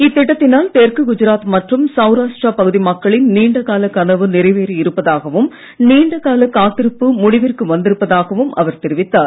இத்திட்டத்தினால் தெற்கு குஜராத் மற்றும் சவுராஷ்ட்ரா பகுதி மக்களின் நீண்ட கால கனவு நிறைவேறி இருப்பதாகவும் நீண்ட கால காத்திருப்பு முடிவிற்கு வந்திருப்பதாகவும் அவர் தெரிவித்தார்